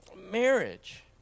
Marriage